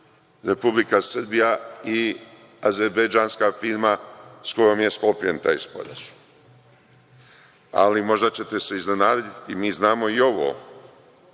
Republika Srbija i azerbejdžanska firma s kojom je sklopljen taj sporazum. Ali, možda ćete se iznenaditi, mi znamo i ovo.